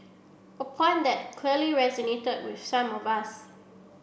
a point that clearly resonated with some of us